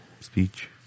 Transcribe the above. speech